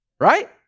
Right